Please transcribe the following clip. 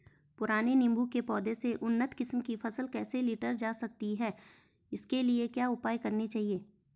पुराने नीबूं के पौधें से उन्नत किस्म की फसल कैसे लीटर जा सकती है इसके लिए क्या उपाय करने चाहिए?